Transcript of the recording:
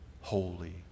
holy